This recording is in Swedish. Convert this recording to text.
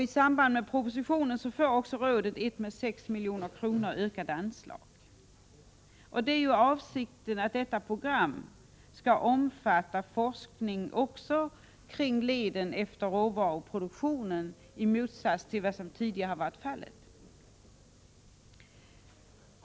Rådet får i propositionen ett med 6 milj.kr. ökat anslag. Det är avsikten att detta program skall omfatta även forskning kring leden efter råvaruproduktionen, i motsats till vad som tidigare varit fallet.